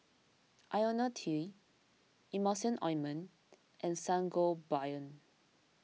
Lonil T Emulsying Ointment and Sangobion